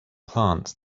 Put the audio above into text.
plants